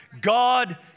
God